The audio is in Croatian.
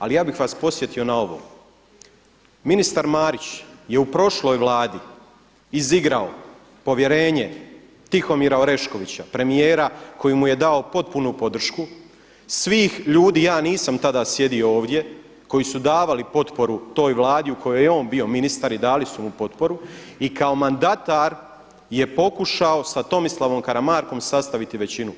Ali ja bih vas podsjetio na ovo, ministar Marić je u prošloj Vladi izigrao povjerenje Tihomira Oreškovića, premijera koji mu je dao potpunu podršku svih ljudi, ja nisam tada sjedio ovdje, koji su davali potporu toj Vladi u kojoj je on bio ministar i dali su mu potporu i kao mandatar je pokušao sa Tomislavom Karamarkom sastaviti većinu.